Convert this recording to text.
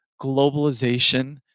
globalization